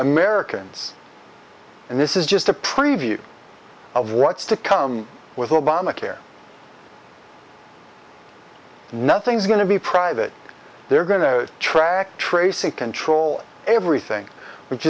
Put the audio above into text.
americans and this is just a preview of what's to come with obamacare nothing's going to be private they're going to track trace and control everything which